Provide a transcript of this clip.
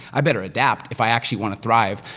i better adapt if i actually wanna thrive.